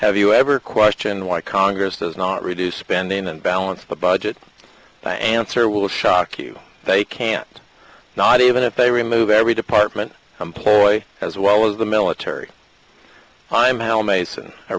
have you ever questioned why congress does not reduce spending and balance the budget i answer will shock you they can't not even if they remove every department employee as well as the military i'm hell mason